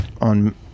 on